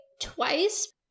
twice